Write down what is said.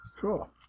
Cool